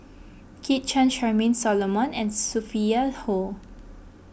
Kit Chan Charmaine Solomon and Sophia Hull